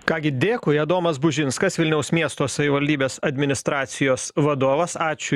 ką gi dėkui adomas bužinskas vilniaus miesto savivaldybės administracijos vadovas ačiū